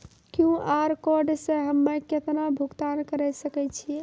QR code से हम्मय केतना भुगतान करे सके छियै?